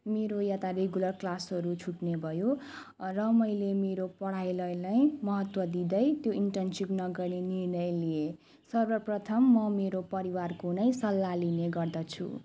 मेरो यहाँ त रेगुलर क्लासहरू छुट्ने भयो र मैले मेरो पढाइलाई नै महत्त्व दिँदै त्यो इन्टर्नसिप नगर्ने निर्णय लिएँ सर्वप्रथम म मेरो परिवारको नै सल्लाह लिने गर्दछु